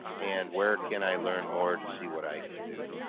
and where can i learn more to see what i can do?